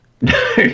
No